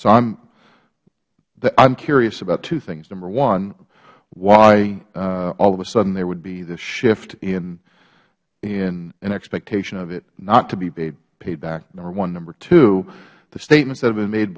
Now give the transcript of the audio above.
so i am curious about two things number one why all of a sudden there would be this shift in an expectation of it not to be paid back number one number two the statements that have been made